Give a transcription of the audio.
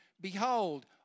Behold